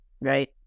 Right